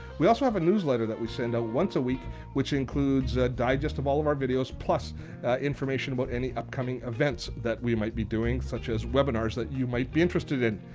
we also have a newsletter that we send once a week which includes a digest of all of our videos plus information about any upcoming events that we might be doing such as webinars that you might be interested in.